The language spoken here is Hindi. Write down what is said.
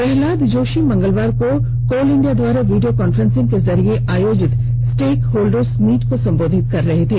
प्रल्हाद जोशी मंगलवार को कोल इंडिया द्वारा वीडियो कॉन्फ्रेंसिंग के जरिए आयोजित स्टेकहोल्डर्स मीट को संबोधित कर रहे थे